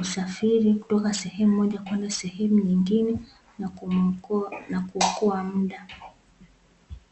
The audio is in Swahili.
usafiri kutoka sehemu moja kwenda nyingine na kuokoa muda.